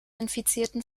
infizierten